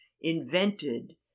invented